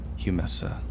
Humessa